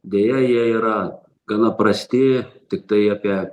deja jie yra gana prasti tiktai apie